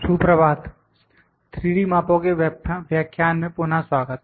सुप्रभात 3D मापो के व्याख्यान में पुनः स्वागत